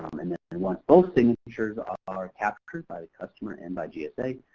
um and then once both signatures are captured by the customer and by gsa,